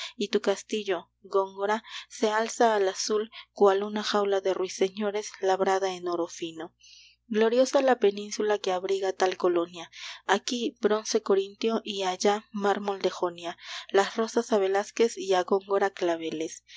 y tu castillo góngora se alza al azul cual una jaula de ruiseñores labrada en oro fino gloriosa la península que abriga tal colonia aquí bronce corintio y allá mármol de jonia las rosas a velázquez y a góngora claveles